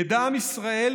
ידע עם ישראל,